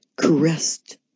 caressed